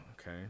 Okay